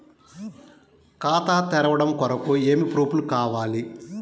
ఖాతా తెరవడం కొరకు ఏమి ప్రూఫ్లు కావాలి?